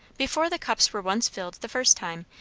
before the cups were once filled the first time,